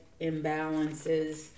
imbalances